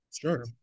sure